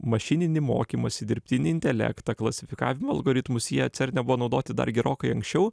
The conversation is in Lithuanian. mašininį mokymąsi dirbtinį intelektą klasifikavimo algoritmus jie cerne buvo naudoti dar gerokai anksčiau